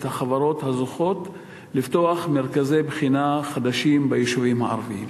החברות הזוכות לפתוח מרכזי בחינה חדשים ביישובים הערביים?